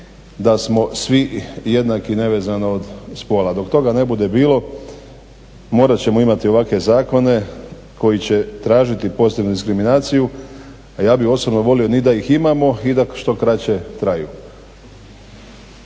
da smo svi jednaki nevezano od spola. Dok toga ne bude bilo morat ćemo imati ovakve zakone koji će tražiti poslije diskriminaciju. A ja bih osobno volio ni da ih imamo i da što kraće traju.